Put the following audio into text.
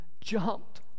jumped